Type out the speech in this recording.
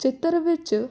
ਚਿੱਤਰ ਵਿੱਚ